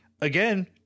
Again